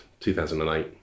2008